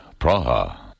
Praha